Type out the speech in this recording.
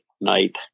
night